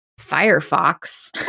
Firefox